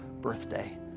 birthday